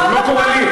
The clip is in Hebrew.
זה לא קורה לי.